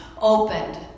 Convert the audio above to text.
opened